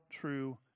true